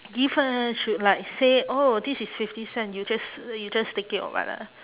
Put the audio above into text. give uh should like say oh this is fifty cent you just uh you just take it or what ah